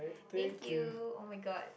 thank you oh-my-god